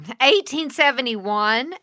1871